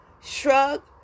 Shrug